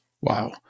Wow